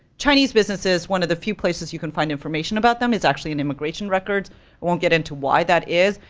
chinese businesses, one of the few places you can find information about them is actually in immigration records. i won't get into why that is,